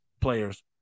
players